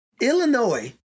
Illinois